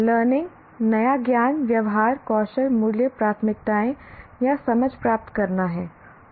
learning नया ज्ञान व्यवहार कौशल मूल्य प्राथमिकताएं या समझ प्राप्त करना है